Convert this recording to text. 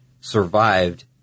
survived